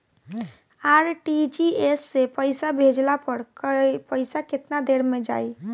RTGS से पईसा भेजला पर पईसा केतना देर म जाई?